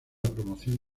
promoción